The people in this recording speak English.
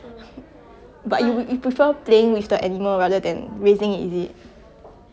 but you would you prefer playing with the animals rather than raising is it